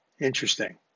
Interesting